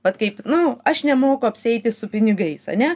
vat kaip nu aš nemoku apsieiti su pinigais ane